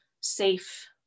safe